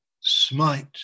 smite